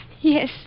Yes